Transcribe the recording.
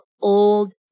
old